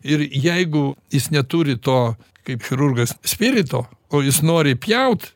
ir jeigu jis neturi to kaip chirurgas spirito o jis nori pjaut